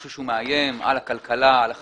משהו שמאיים על הכלכלה, על חקלאות,